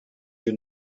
you